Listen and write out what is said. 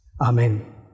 Amen